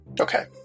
Okay